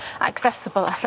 accessible